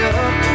up